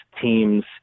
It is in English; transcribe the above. teams